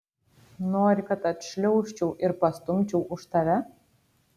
nori kad atšliaužčiau ir pastumčiau už tave